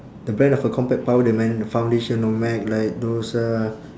the brand of a compact powder man the foundation know mac like those uh